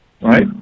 right